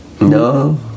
No